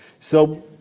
so,